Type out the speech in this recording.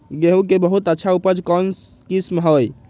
गेंहू के बहुत अच्छा उपज कौन किस्म होई?